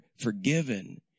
forgiven